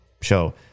show